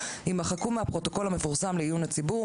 יימחקו מהפרוטוקול המפורסם לעיון הציבור